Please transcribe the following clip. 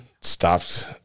stopped